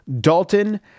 Dalton